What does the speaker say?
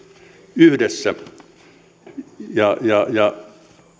yhdessä ja ja